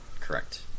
Correct